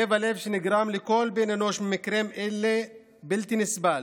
כאב הלב שנגרם לכל בן אנוש ממקרים אלה הוא בלתי נסבל.